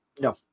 No